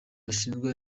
bashinjwa